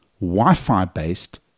Wi-Fi-based